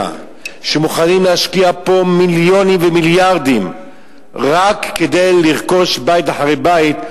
שמוכנים להשקיע פה מיליונים ומיליארדים רק כדי לרכוש בית אחרי בית,